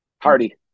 Hardy